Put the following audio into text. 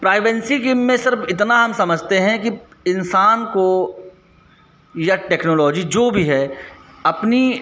प्रीवंसी game में सिर्फ़ इतना हम समझते हैं कि इंसान को यह टेक्नोलोजी जो भी है अपनी